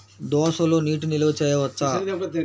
దోసలో నీటి నిల్వ చేయవచ్చా?